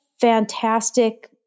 fantastic